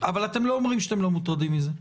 אבל אתם לא אומרים שאתם לא מוטרדים מזה.